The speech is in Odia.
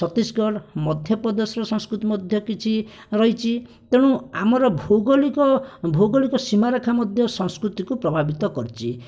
ଛତିଶଗଡ଼ ମଧ୍ୟପ୍ରଦେଶର ସଂସ୍କୃତି ମଧ୍ୟ କିଛି ରହିଛି ତେଣୁ ଆମର ଭୌଗଳିକ ଭୌଗଳିକ ସୀମାରେଖା ମଧ୍ୟ ସଂସ୍କୃତିକୁ ପ୍ରଭାବିତ କରିଛି